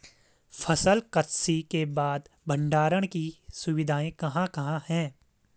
फसल कत्सी के बाद भंडारण की सुविधाएं कहाँ कहाँ हैं?